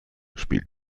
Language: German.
spielt